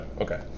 Okay